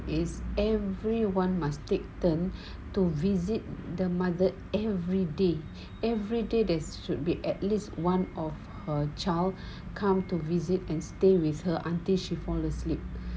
is everyone must take turn to visit the mother everyday everyday there should be at least one of her child come to visit and stay with her until she fall asleep